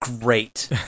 great